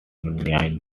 nine